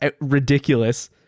ridiculous